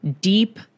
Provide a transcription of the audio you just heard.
deep